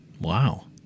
Wow